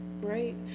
right